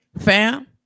fam